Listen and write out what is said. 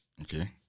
Okay